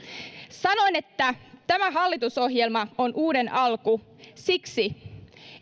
sanoin että tämä hallitusohjelma on uuden alku siksi